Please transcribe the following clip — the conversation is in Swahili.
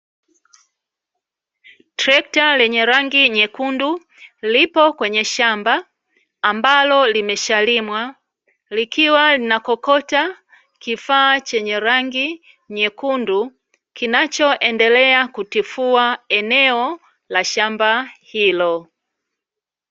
Trekta lenye rangi nyekundu, lipo kwenye shamba ambalo limeshalimwa, likiwa linakokota kifaa chenye rangi nyekundu kinachoendelea kutifua eneo la shamba hilo.